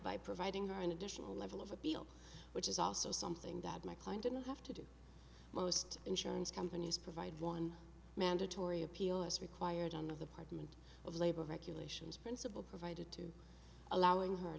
by providing her an additional level of appeal which is also something that my client didn't have to do most insurance companies provide one mandatory appeal as required on of the parliament of labor regulations principal provided to allowing her